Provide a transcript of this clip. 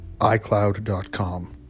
iCloud.com